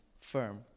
firm